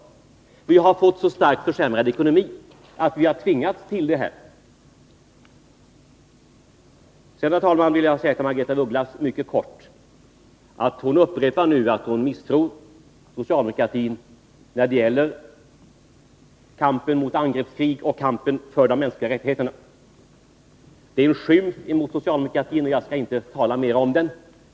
Sveriges ekonomi har försämrats så starkt att vi har tvingats till ett sådant här sätt att räkna. Sedan, herr talman, vill jag säga ett par ord till Margaretha af Ugglas. Hon upprepade att hon misstror socialdemokratin när det gäller kampen mot angreppskrig och kampen för de mänskliga rättigheterna. Det är en skymf mot socialdemokratin, och jag skall inte tala mera om den.